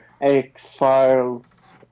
X-Files